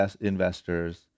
investors